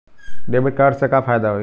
Debit card से का फायदा होई?